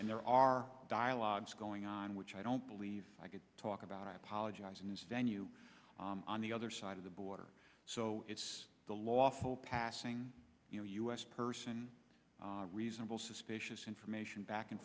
and there are dialogues going on which i don't believe i could talk about i apologize in this venue on the other side of the border so it's the lawful passing you know u s person reasonable suspicious information back and